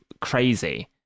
crazy